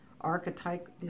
archetype